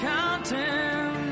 Counting